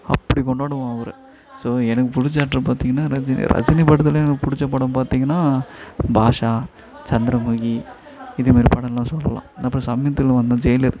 அப்படி கொண்டாடுவோம் அவரை ஸோ எனக்கு பிடிச்ச ஆக்டர் பார்த்தீங்கன்னா ரஜினி ரஜினி படத்தில் எனக்கு பிடிச்ச படம் பார்த்தீங்கனா பாஷா சந்திரமுகி இதேமாதிரி படமெல்லாம் சொல்லலாம் அப்புறம் சமீபத்தில் வந்த ஜெயிலர்